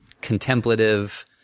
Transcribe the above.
contemplative